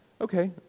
okay